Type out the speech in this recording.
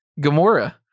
Gamora